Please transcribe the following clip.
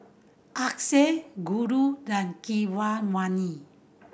Akshay Guru than Keeravani